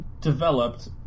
developed